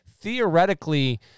theoretically